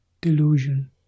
delusion